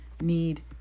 need